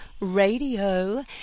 Radio